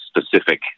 specific